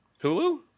Hulu